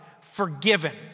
forgiven